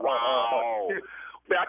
Wow